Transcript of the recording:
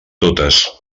totes